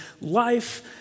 life